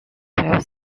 twelve